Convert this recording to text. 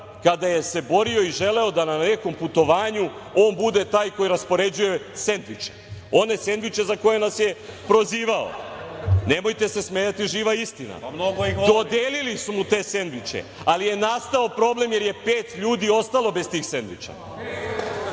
kada se borio i želeo da na nekom putovanju on bude taj koji raspoređuje sendviče, one sendviče za koje nas je prozivao. Nemojte se smejati živa istina. Dodelili su mu te sendviče, ali je nastao problem, jer je pet ljudi ostalo bez tih sendviča.